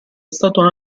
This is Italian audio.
stato